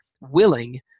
willing